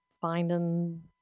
finding